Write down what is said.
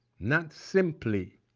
not simply